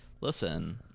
listen